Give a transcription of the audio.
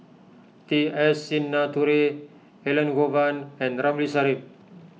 T S Sinnathuray Elangovan and Ramli Sarip